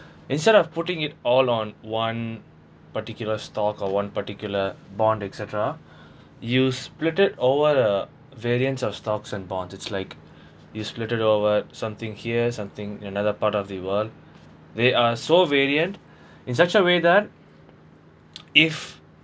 instead of putting it all on one particular stock or one particular bond et cetera you split it over the variance of stocks and bonds it's like you split it over something here something another part of the world they are so variant in such a way that if